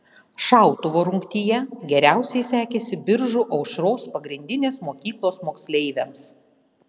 šautuvo rungtyje geriausiai sekėsi biržų aušros pagrindinės mokyklos moksleiviams